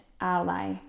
ally